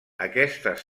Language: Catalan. aquestes